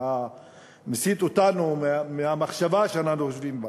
מסיט אותנו מהמחשבה שאנחנו חושבים.